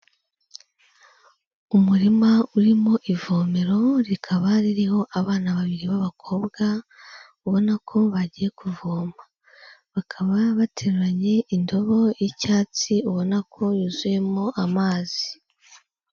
Umurima urimo ivomero rikaba ririho abana babiri b'abakobwa ubona ko bagiye kuvoma, bakaba bateruranye indobo y'icyatsi ubona ko yuzuyemo amazi.